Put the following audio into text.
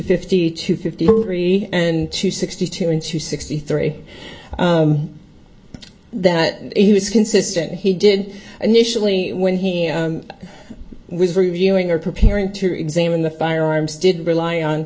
fifty two fifty three and two sixty two and two sixty three that he was consistent he did initially when he was reviewing or preparing to examine the firearms did rely on